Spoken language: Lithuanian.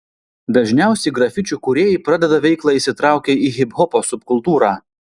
dažniausiai grafičių kūrėjai pradeda veiklą įsitraukę į hiphopo subkultūrą